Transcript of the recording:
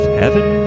heaven